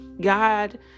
God